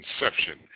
inception